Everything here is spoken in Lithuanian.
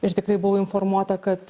ir tikrai buvau informuota kad